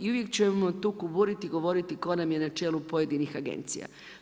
I uvijek ćemo tu kuburiti i govoriti tko nam je na čelu pojedinih agencija.